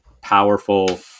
powerful